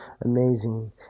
amazing